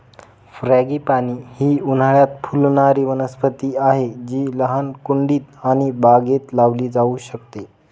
frangipani ही उन्हाळयात फुलणारी वनस्पती आहे जी लहान कुंडीत आणि बागेत लावली जाऊ शकते